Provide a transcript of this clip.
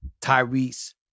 Tyrese